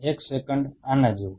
એક સેકન્ડ આના જેવું